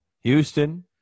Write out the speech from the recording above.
Houston